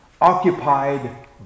occupied